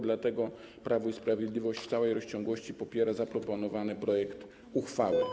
Dlatego Prawo i Sprawiedliwość w całej rozciągłości popiera zaproponowany projekt uchwały.